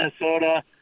Minnesota